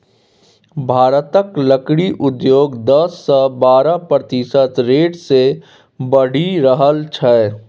भारतक लकड़ी उद्योग दस सँ बारह प्रतिशत रेट सँ बढ़ि रहल छै